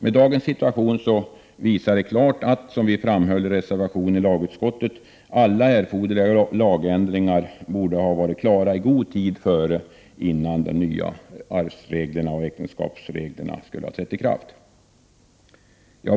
Men dagens situation visar klart — som vi framhöll i reservationen i lagutskottet — att alla erforderliga lagändringar borde ha varit klara i god tid innan de nya äktenskapsoch arvsreglerna trädde i kraft.